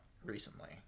Recently